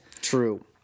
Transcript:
True